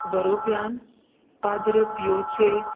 बरोवप्यान पाद्र पियोचे